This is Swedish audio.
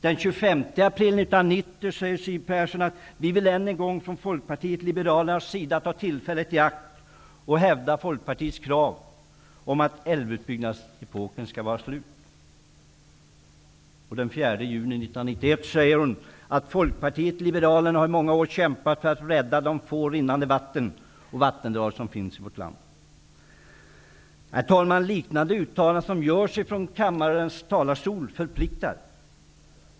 Den 25 april 1990 sade Siw Persson att Folkpartiet liberalerna än en gång ville ta tillfället i akt att hävda Folkpartiets krav om att älvutbyggnadsepoken skulle vara slut. Den 4 juni 1991 sade hon att Folkpartiet liberalerna i många år har kämpat för att rädda de få rinnande vatten och vattendrag som finns i vårt land. Herr talman! Liknande uttalanden som görs från kammarens talarstol förpliktar.